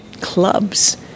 clubs